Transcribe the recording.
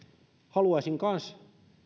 haluaisin kanssa